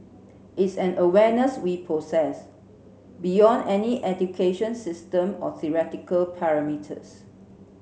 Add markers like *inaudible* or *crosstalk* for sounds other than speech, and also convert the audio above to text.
it's an awareness we possess beyond any education system or theoretical *unintelligible*